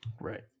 Right